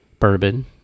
Bourbon